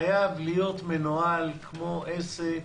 הוא חייב להיות מנוהל כמו עסק,